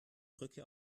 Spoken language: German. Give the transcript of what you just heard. brücke